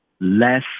Less